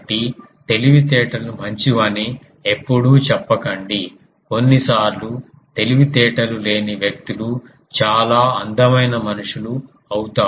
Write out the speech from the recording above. కాబట్టి తెలివితేటలు మంచివని ఎప్పుడూ చెప్పకండి కొన్నిసార్లు తెలివితేటలు లేని వ్యక్తులు చాలా అందమైన మనుషులు అవుతారు